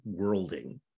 worlding